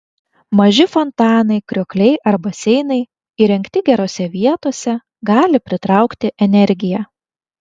maži fontanai kriokliai ar baseinai įrengti gerose vietose gali pritraukti energiją